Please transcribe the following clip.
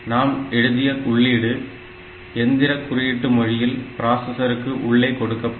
நாம் எழுதிய உள்ளீடு எந்திர குறியீட்டு மொழியில் ப்ராசசருக்கு உள்ளே கொடுக்கப்படும்